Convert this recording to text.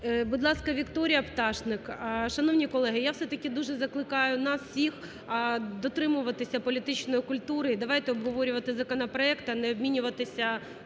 Будь ласка, Вікторія Пташник. Шановні колеги, я все-таки дуже закликаю нас всіх дотримуватися політичної культури, і давайте обговорювати законопроект, а не обмінюватися